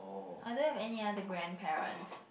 I don't have any other grandparents